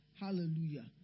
Hallelujah